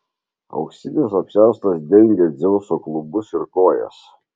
auksinis apsiaustas dengė dzeuso klubus ir kojas